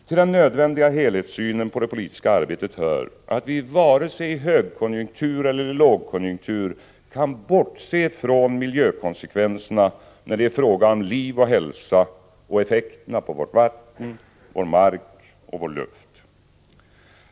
Till den nödvändiga helhetssynen på det politiska arbetet hör att vi varken i högkonjunktur eller i lågkonjunktur kan bortse från miljökonsekvenserna när det är fråga om liv och hälsa och om effekterna på vårt vatten, vår mark och vår luft.